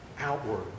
outward